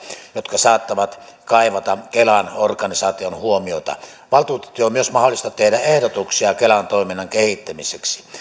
jotka saattavat kaivata kelan organisaation huomiota valtuutettujen on myös mahdollista tehdä ehdotuksia kelan toiminnan kehittämiseksi